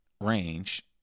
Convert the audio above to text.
range